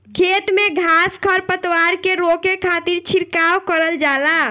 खेत में घास खर पतवार के रोके खातिर छिड़काव करल जाला